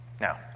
Now